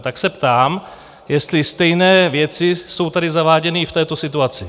Tak se ptám, jestli stejné věci jsou tady zaváděny i v této situaci?